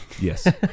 Yes